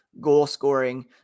goal-scoring